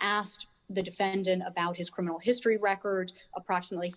asked the defendant about his criminal history records approximately